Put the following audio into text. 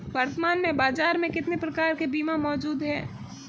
वर्तमान में बाज़ार में कितने प्रकार के बीमा मौजूद हैं?